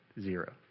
Zero